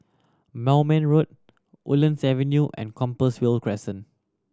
Moulmein Road Woodlands Avenue and Compassvale Crescent